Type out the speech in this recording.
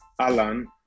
Alan